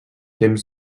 temps